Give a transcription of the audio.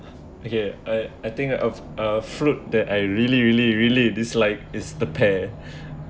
okay I I think of uh fruit that I really really really dislike is the pear